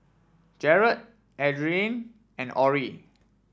Jered Adriene and Orrie